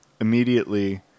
immediately